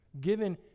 given